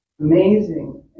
amazing